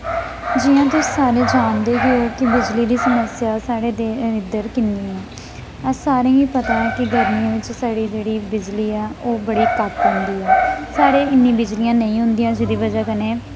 जि'यां तुस सारे जानदे गै ओ कि बिजली दी समस्या साढ़े दे इद्धर किन्नी ऐ अस सारें गी पता ऐ कि गर्मियें बिच्च साढ़ी जेह्ड़ी बिजली ऐ ओह् बड़ी कट होंदी ऐ साढ़े इन्नी बिजलियां नेईं होंदियां जेह्दी बजह कन्नै